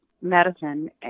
medicine